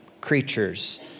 creatures